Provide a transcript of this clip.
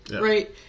right